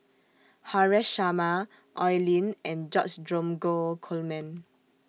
Haresh Sharma Oi Lin and George Dromgold Coleman